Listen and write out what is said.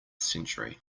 century